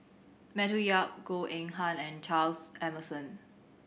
Matthew Yap Goh Eng Han and Charles Emmerson